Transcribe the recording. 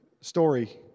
story